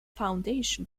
foundation